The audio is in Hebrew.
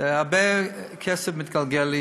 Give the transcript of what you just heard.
הרבה כסף מתגלגל,